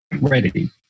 ready